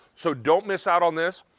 so don't miss out on this.